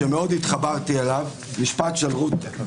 כבר קורה במשרד התחבורה ואנחנו רואים שזה קורה בעוד משרדי ממשלה.